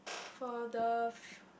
for the